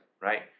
Right